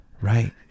Right